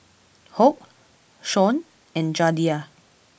Hoyt Shawn and Jadiel